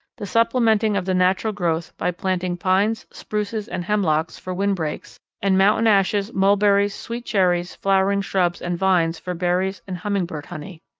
the supplementing of the natural growth by planting pines, spruces, and hemlocks for windbreaks, and mountain ashes, mulberries, sweet cherries, flowering shrubs and vines for berries and hummingbird honey.